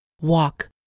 Walk